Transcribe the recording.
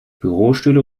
bürostühle